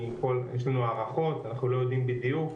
יש הערכות אבל אנחנו לא יודעים בדיוק.